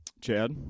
Chad